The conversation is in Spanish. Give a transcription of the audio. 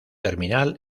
terminal